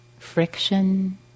friction